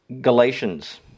Galatians